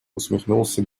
усмехнулся